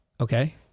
okay